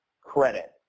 credit